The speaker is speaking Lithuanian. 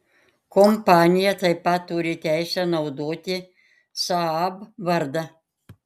kompanija taip pat turi teisę naudoti saab vardą